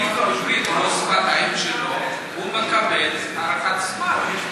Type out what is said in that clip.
אם עברית אינה שפת האם שלו הוא מקבל הארכת זמן.